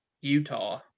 Utah